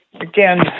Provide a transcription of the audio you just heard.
Again